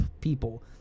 people